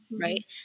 Right